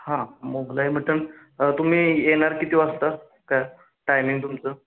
हा मोगलाई मटण तुम्ही येणार किती वाजता काय टायमिंग तुमचं